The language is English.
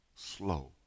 slow